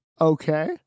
Okay